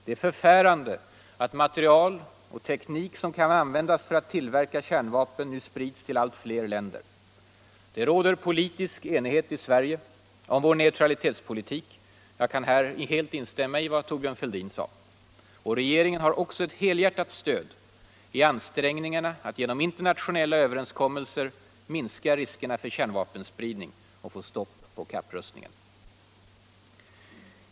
Det är förfärande att material och teknik som kan användas för att tillverka kärnvapen nu sprids till allt fler länder. Det råder politisk enighet i Sverige om vår neutralitetspolitik — jag kan helt instämma i vad herr Fälldin sade. Regeringen har helhjärtat stöd i ansträngningarna att genom internationella överenskommelser minska riskerna för kärnvapenspridning och få stopp på kapprustningen.